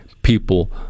people